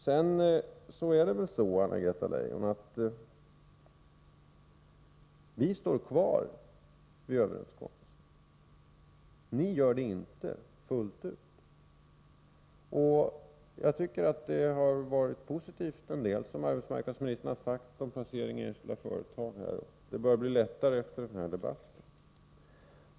Vi står kvar vid överenskommelsen, Anna-Greta Leijon, men ni gör det inte fullt ut. Jag tycker att en del som arbetsmarknadsministern har sagt är positivt, bl.a. i fråga om placering i enskilda företag, vilken bör bli lättare efter denna debatt.